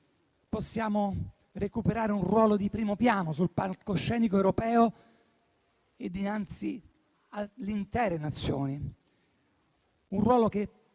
possiamo recuperare un ruolo di primo piano sul palcoscenico europeo e dinanzi alle altre Nazioni, tramite